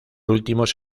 últimos